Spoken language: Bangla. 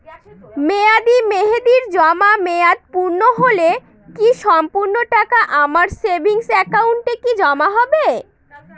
মেয়াদী মেহেদির জমা মেয়াদ পূর্ণ হলে কি সম্পূর্ণ টাকা আমার সেভিংস একাউন্টে কি জমা হবে?